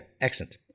excellent